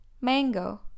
mango